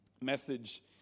message